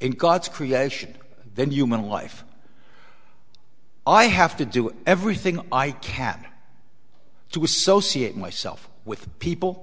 in god's creation then human life i have to do everything i can to associate myself with people